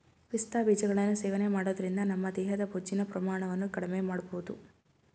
ಪಿಸ್ತಾ ಬೀಜಗಳನ್ನು ಸೇವನೆ ಮಾಡೋದ್ರಿಂದ ನಮ್ಮ ದೇಹದ ಬೊಜ್ಜಿನ ಪ್ರಮಾಣವನ್ನು ಕಡ್ಮೆಮಾಡ್ಬೋದು